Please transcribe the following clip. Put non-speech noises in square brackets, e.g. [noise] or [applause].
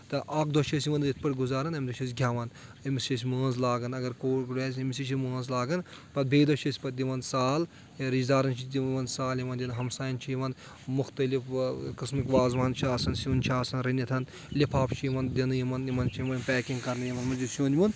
تہٕ اکھ دۄہ چھِ أسۍ یِوان ییٚتھۍ پٮ۪ٹھ گُزارَن أمۍ دۄہ چھِ أسۍ گؠوان أمِس چھِ أسۍ مٲنٛز لاگان اگر [unintelligible] آسہِ أمِس تہِ چھِ مٲنٛز لاگان پَتہٕ بیٚیہِ دۄہ چھِ أسۍ پَتہٕ دِوان سال رِشتٔدارَن چھِ دِوان سال یِمَن دِنہٕ ہمساین چھِ یِوان مُختٔلِف قٕسمٕکۍ وازوان چھُ آسان سیُن چھُ آسان رٔنِتھ لِفافہٕ چھِ یِوان دِنہٕ یِمَن یِمَن چھِ یِوان پیکِنٛگ کَرنہٕ یِمن منٛز یہِ سیُن ویُن